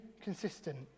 consistent